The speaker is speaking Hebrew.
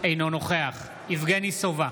אינו נוכח יבגני סובה,